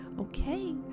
Okay